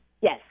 Yes